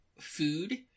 food